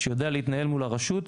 שיודע להתנהל מול הרשות,